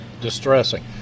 distressing